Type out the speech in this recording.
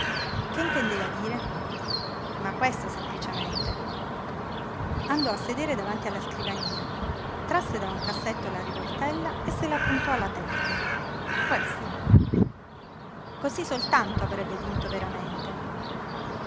che intendeva dire ma questo semplicemente andò a sedere davanti alla scrivania trasse da un cassetto la rivoltella e se la puntò alla tempia questo cosí soltanto avrebbe vinto veramente